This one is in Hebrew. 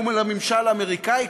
מול הממשל האמריקני?